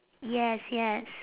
yes yes